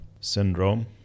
syndrome